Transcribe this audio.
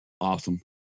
Awesome